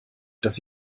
dass